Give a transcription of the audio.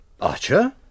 Archer